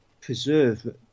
preserve